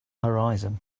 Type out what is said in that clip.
horizon